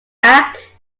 act